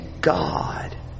God